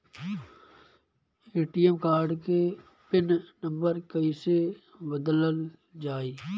ATM card के pin number कईसे बदलल जाई?